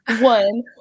one